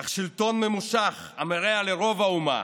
אך שלטון ממושך המרע לרוב האומה